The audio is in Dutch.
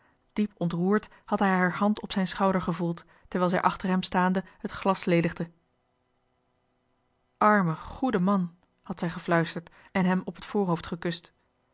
diep ontroerd had hij haar hand op zijn schouder gevoeld terwijl zij achter hem staande het glas ledigde arme goeie man had zij gefluisterd en hem op het voorhoofd gekust